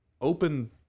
open